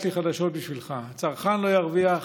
יש לי חדשות בשבילך: הצרכן לא ירוויח,